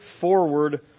forward